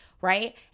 Right